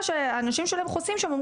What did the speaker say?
אני נכה שיתוק מוחין ואני נכה מלידה.